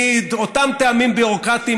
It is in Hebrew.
מאותם טעמים ביורוקרטיים,